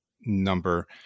number